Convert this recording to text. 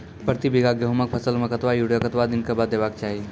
प्रति बीघा गेहूँमक फसल मे कतबा यूरिया कतवा दिनऽक बाद देवाक चाही?